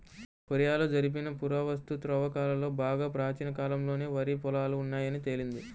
కొరియాలో జరిపిన పురావస్తు త్రవ్వకాలలో బాగా ప్రాచీన కాలంలోనే వరి పొలాలు ఉన్నాయని తేలింది